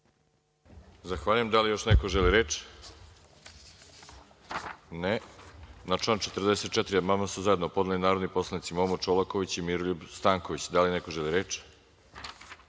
Zahvaljujem. Da li još neko želi reč? (Ne)Na član 44. amandman su zajedno podneli narodni poslanici Momo Čolaković i Miroljub Stanković. Da li neko želi reč?